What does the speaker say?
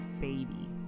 baby